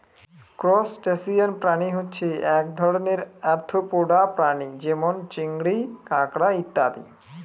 crustacean প্রাণী হচ্ছে এক ধরনের আর্থ্রোপোডা প্রাণী যেমন চিংড়ি, কাঁকড়া ইত্যাদি